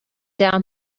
down